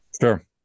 Sure